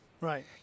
right